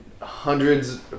hundreds